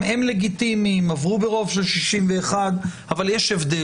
גם הם לגיטימיים, עברו ברוב של 61, אבל יש הבדל.